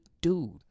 dude